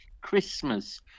Christmas